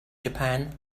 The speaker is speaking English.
japan